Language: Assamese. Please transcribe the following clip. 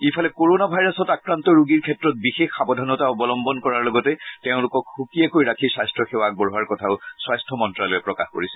ইফালে কৰনা ভাইৰাছত আক্ৰান্ত ৰোগীৰ ক্ষেত্ৰত বিশেষ সাৱধানতা অৱলম্বন কৰাৰ লগতে তেওঁলোকক সুকীয়াকৈ ৰাখি স্বাস্থ্য সেৱা আগবঢ়োৱাৰ কথাও স্বাস্থ্য মন্ত্যালয়ে প্ৰকাশ কৰিছে